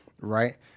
right